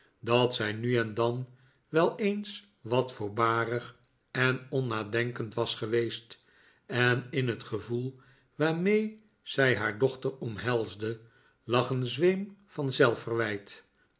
dat zij nu en dan wel eens wat voorbarig en onnadenkend was geweest en in het gevoel waarmee zij haar dochter omhelsde lag een zweem van